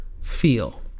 feel